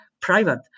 private